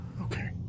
Okay